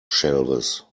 shelves